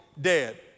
dead